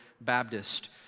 Baptist